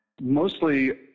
mostly